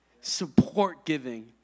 support-giving